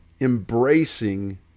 embracing